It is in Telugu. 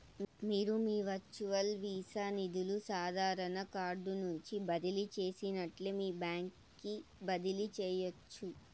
మీరు మీ వర్చువల్ వీసా నిదులు సాదారన కార్డు నుంచి బదిలీ చేసినట్లే మీ బాంక్ కి బదిలీ చేయచ్చు